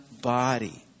body